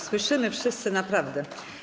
Słyszymy wszyscy, naprawdę.